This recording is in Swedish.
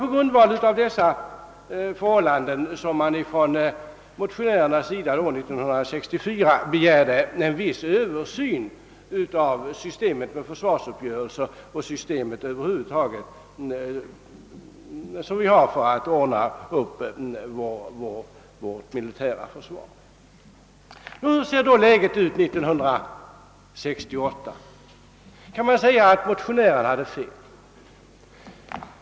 På grundval av dessa förhållanden begärde motionärerna år 1964 en viss översyn av systemet med försvarsuppgörelser och över huvud taget vårt system för att ordna det militära försvaret. Hurdant är då läget år 1968? Kan man säga att motionärerna hade fel?